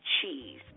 cheese